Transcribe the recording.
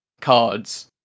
cards